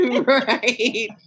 Right